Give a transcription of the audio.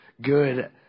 Good